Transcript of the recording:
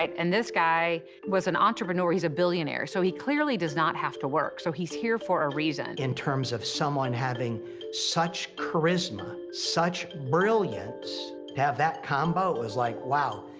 and this guy was an entrepreneur, he's a billionaire so he clearly does not have to work, so he's here for a reason. in terms of someone having such charisma, such brilliance, to have that combo was like wow,